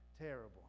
terrible